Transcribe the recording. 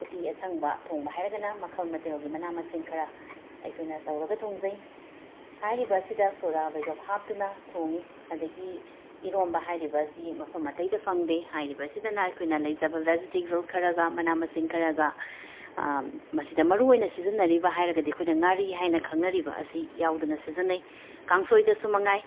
ꯎꯇꯤ ꯑꯁꯪꯕ ꯊꯣꯡꯕ ꯍꯥꯏꯔꯒꯅ ꯃꯈꯜ ꯃꯊꯦꯜꯒꯤ ꯃꯅꯥ ꯃꯁꯤꯡ ꯈꯔ ꯑꯩꯈꯣꯏꯅ ꯇꯧꯔꯒ ꯊꯣꯡꯖꯩ ꯍꯥꯏꯔꯤꯕꯁꯤꯗ ꯁꯣꯗꯥꯕꯥꯏꯒꯞ ꯍꯥꯞꯇꯨꯅ ꯊꯣꯡꯏ ꯑꯗꯒꯤ ꯏꯔꯣꯝꯕ ꯍꯥꯏꯔꯤꯕꯁꯤ ꯃꯐꯝ ꯑꯇꯩꯗ ꯐꯪꯗꯦ ꯍꯥꯏꯔꯤꯕꯁꯤꯗꯅ ꯑꯩꯈꯣꯏꯅ ꯂꯩꯖꯕ ꯕꯦꯖꯤꯇꯦꯕꯜ ꯈꯔꯒ ꯃꯅꯥ ꯃꯁꯤꯡ ꯈꯔꯒ ꯃꯁꯤꯗ ꯃꯔꯨ ꯑꯣꯏꯅ ꯁꯤꯖꯤꯟꯅꯔꯤꯕ ꯍꯥꯏꯔꯒꯗꯤ ꯑꯩꯈꯣꯏꯅ ꯉꯥꯔꯤ ꯍꯥꯏꯅ ꯈꯪꯅꯔꯤꯕ ꯑꯁꯤ ꯌꯥꯎꯗꯨꯅ ꯁꯤꯖꯤꯟꯅꯩ ꯀꯥꯡꯁꯣꯏꯗꯁꯨ ꯃꯉꯥꯏ